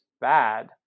bad